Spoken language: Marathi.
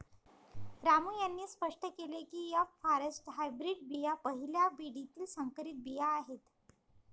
रामू यांनी स्पष्ट केले की एफ फॉरेस्ट हायब्रीड बिया पहिल्या पिढीतील संकरित बिया आहेत